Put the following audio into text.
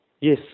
Yes